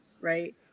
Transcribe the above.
right